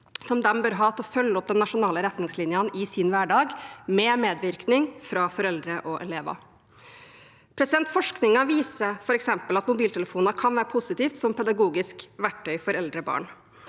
pedagog bør ha til å følge opp de nasjonale retningslinjene i sin hverdag, med medvirkning fra foreldre og elever. Forskningen viser f.eks. at mobiltelefoner kan være positivt som pedagogisk verktøy for eldre barn.